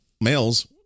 males